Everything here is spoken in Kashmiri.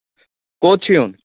کوٚت چھُ یُن